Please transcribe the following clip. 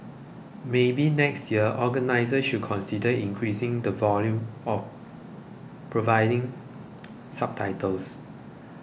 maybe next year organisers should consider increasing the volume or providing subtitles